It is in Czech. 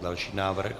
Další návrh.